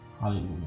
hallelujah